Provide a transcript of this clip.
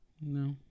no